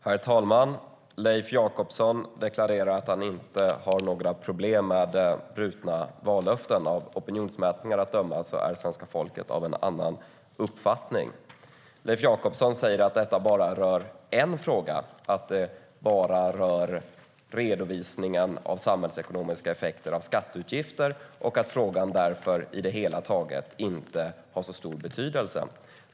Herr talman! Leif Jakobsson deklarerar att han inte har några problem med brutna vallöften. Av opinionsmätningar att döma är svenska folket av en annan uppfattning. Leif Jakobsson säger att detta bara rör en fråga, redovisningen av samhällsekonomiska effekter av skatteutgifter, och att frågan därför på det hela taget inte har så stor betydelse.